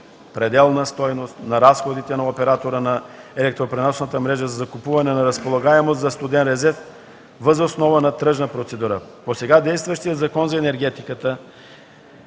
пределна стойност на разходите на оператора на електропреносната мрежа за закупуване на разполагаемост за студен резерв, въз основа на тръжна процедура. По сега действащия Закон за енергетиката,